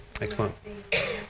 Excellent